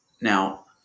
Now